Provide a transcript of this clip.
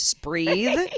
breathe